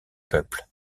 peuples